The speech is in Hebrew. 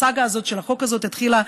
הסאגה הזאת של החוק הזה התחילה,